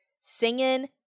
singing